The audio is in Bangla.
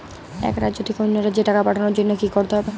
এক রাজ্য থেকে অন্য রাজ্যে টাকা পাঠানোর জন্য কী করতে হবে?